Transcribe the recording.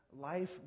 life